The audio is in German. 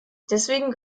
deswegen